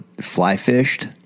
fly-fished